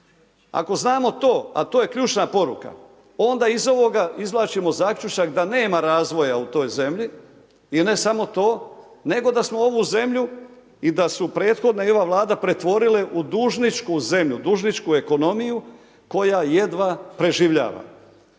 Ako znamo to a to je ključna poruka, onda iz ovoga izvlačimo zaključak da nema razvoja u toj zemlji i ne samo to, nego da smo ovu zemlju i da su prethodne i ova Vlada pretvorile u dužničku zemlju, dužničku ekonomiju koja jedva preživljava.